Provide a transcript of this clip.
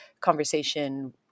conversation